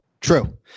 True